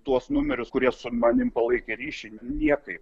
tuos numerius kurie su manim palaikė ryšį niekaip